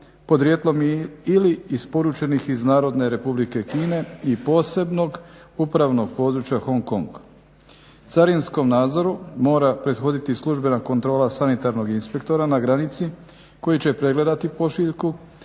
podrijetlom ili isporučenih iz Narodne Republike Kine i posebnog upravnog područja Hong Kong. Carinskom nadzoru mora prethoditi službena kontrolna sanitarnog inspektora na granici koji će pregledati pošiljku